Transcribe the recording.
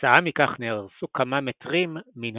כתוצאה מכך נהרסו כמה מטרים מן